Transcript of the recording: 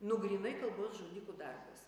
nu grynai kalbos žudikų darbas